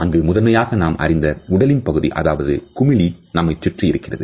அங்கு முதன்மையாக நான் அறிந்த உடலில் பகுதி அதாவது குமிழி நம்மைச் சுற்றி இருக்கிறது